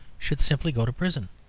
should simply go to prison.